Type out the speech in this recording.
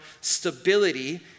stability